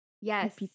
Yes